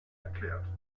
erklärt